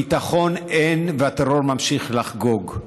ביטחון אין, והטרור ממשיך לחגוג.